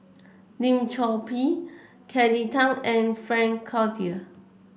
Lim Chor Pee Kelly Tang and Frank Cloutier